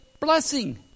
blessing